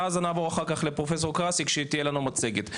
ואז נעבור אחר כך לפרופסור קארסיק כשתהיה לנו מצגת.